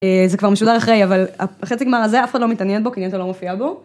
זה כבר משודר אחרי, אבל החצי גמר הזה אף אחד לא מתעניין בו, כי אייזה לא מופיע בו.